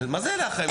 מה זה אלה החיים?